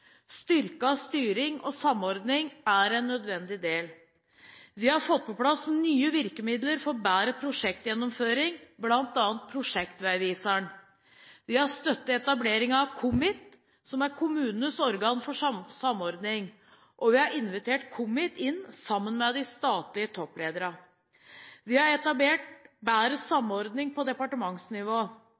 Styrket styring og samordning er en nødvendig del. Vi har fått på plass nye virkemidler for bedre prosjektgjennomføring, bl.a. Prosjektveiviseren. Vi har støttet etableringen av KommIT, som er kommunenes organ for samordning, og vi har invitert KommIT inn sammen med de statlige topplederne. Vi har etablert bedre samordning på departementsnivå.